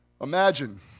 Imagine